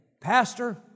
Pastor